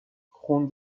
خون